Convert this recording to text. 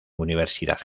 universidad